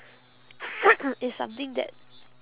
it's something that